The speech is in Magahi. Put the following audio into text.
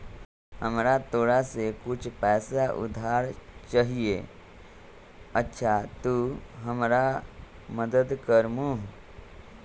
हमरा तोरा से कुछ पैसा उधार चहिए, अच्छा तूम हमरा मदद कर मूह?